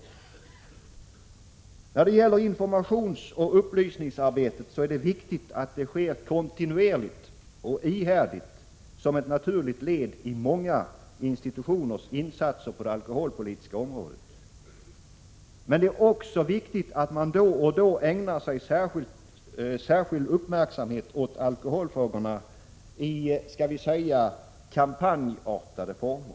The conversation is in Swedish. Det är viktigt att informationsoch upplysningsarbetet sker kontinuerligt och ihärdigt, som ett naturligt led i många institutioners insatser på det alkoholpolitiska området. Men det är också viktigt att man då och då ägnar särskild uppmärksamhet åt alkoholfrågorna i, skall vi säga, kampanjartade former.